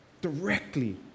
Directly